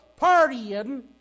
partying